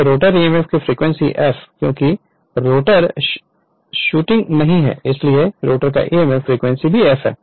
तो rotor emf की frequency F क्योंकि रोटर शूटिंग नहीं है इसलिए रोटर की emf फ्रीक्वेंसी भी F है